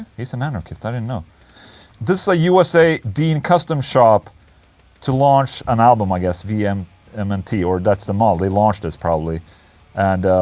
he's an anarchist, i didn't know this is a usa dean custom shop to launch an album, i guess, vmnt um um and or that's the model, they launched this probably and.